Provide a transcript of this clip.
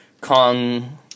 Kong